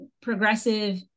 progressive